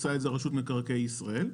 עושה את זה רשות מקרקעי ישראל,